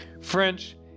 French